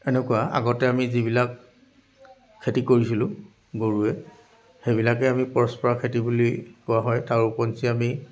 এনেকুৱা আগতে আমি যিবিলাক খেতি কৰিছিলোঁ গৰুৰে সেইবিলাকেই আমি পৰস্পৰা খেতি বুলি কোৱা হয় তাৰ উপৰিঞ্চি আমি